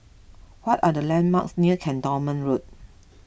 what are the landmarks near Cantonment Road